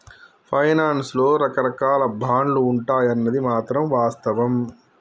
finance లో రకరాకాల బాండ్లు ఉంటాయన్నది మాత్రం వాస్తవం